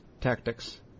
tactics